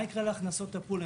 מה יקרה להכנסות הפול?